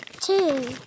Two